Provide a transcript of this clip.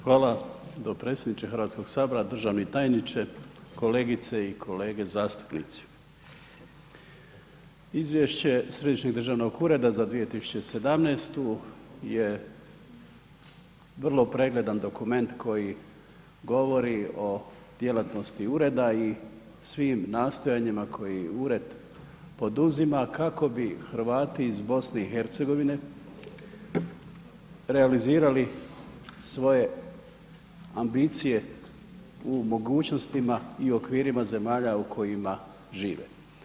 Hvala dopredsjedniče Hrvatskog sabora, državni tajniče, kolegice i kolege zastupnici, izvješće Središnjeg državnog ureda za 2017. je vrlo pregledan dokument koji govori o djelatnosti ureda i svim nastojanjima koji ured poduzima kako bi Hrvati iz BiH realizirali svoje ambicije u mogućnostima i okvirima zemalja u kojima žive.